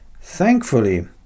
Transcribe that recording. Thankfully